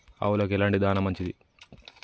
ఆవులకు ఎలాంటి దాణా మంచిది?